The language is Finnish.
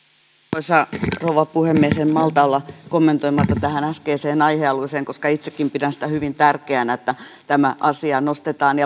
arvoisa rouva puhemies en malta olla kommentoimatta tähän äskeiseen aihealueeseen liittyen koska itsekin pidän sitä hyvin tärkeänä että tämä asia nostetaan esille